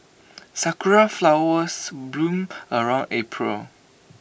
Sakura Flowers bloom around April